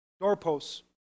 doorposts